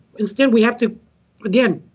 instead we have to again,